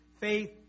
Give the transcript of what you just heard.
faith